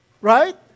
Right